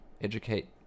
educate